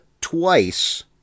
twice